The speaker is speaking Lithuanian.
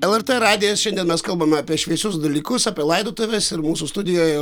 lrt radijas šiandien mes kalbame apie šviesius dalykus apie laidotuves ir mūsų studijoje